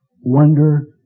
wonder